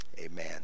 amen